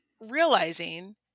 realizing